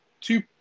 two